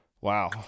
wow